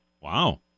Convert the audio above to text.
Wow